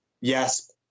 yes